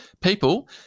people